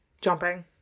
jumping